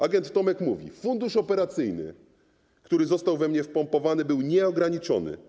Agent Tomek mówi: Fundusz operacyjny, który został we mnie wpompowany, był nieograniczony.